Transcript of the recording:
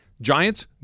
Giants